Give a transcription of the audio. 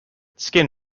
skin